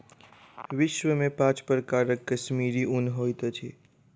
विश्व में पांच प्रकारक कश्मीरी ऊन होइत अछि